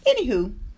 anywho